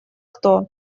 кто